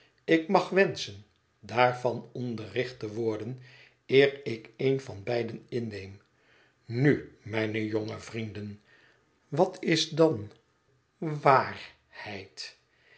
ik mag wenschen daarvan onderricht te worden eerik een van beiden inneem nu mijne jonge vrienden wat is dan wa a arhèid